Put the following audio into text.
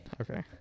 Okay